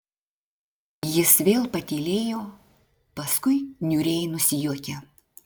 jis vėl patylėjo paskui niūriai nusijuokė